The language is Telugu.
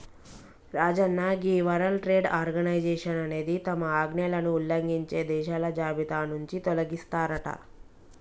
రాజన్న గీ వరల్డ్ ట్రేడ్ ఆర్గనైజేషన్ అనేది తమ ఆజ్ఞలను ఉల్లంఘించే దేశాల జాబితా నుంచి తొలగిస్తారట